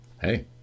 Hey